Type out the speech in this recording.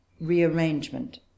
rearrangement